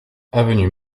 avenue